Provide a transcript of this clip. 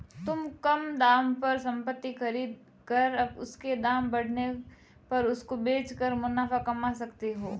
तुम कम दाम पर संपत्ति खरीद कर उसके दाम बढ़ने पर उसको बेच कर मुनाफा कमा सकते हो